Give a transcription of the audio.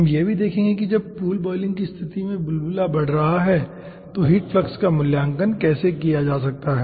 हम यह भी देखेंगे कि जब पूल बॉयलिंग की स्थिति में बुलबुला बढ़ रहा हो तो हीट फ्लक्स का मूल्यांकन कैसे किया जा सकता है